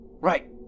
Right